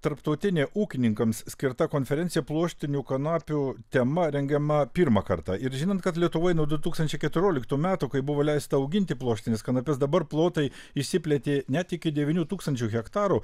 tarptautinė ūkininkams skirta konferencija pluoštinių kanapių tema rengiama pirmą kartą ir žinant kad lietuvoj nuo du tūkstančiai keturioliktų metų kai buvo leista auginti pluoštines kanapes dabar plotai išsiplėtė net iki devynių tūkstančių hektarų